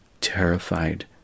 terrified